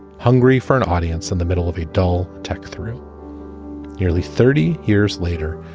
hungry for an audience in the middle of a dull tech through nearly thirty years later,